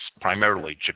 primarily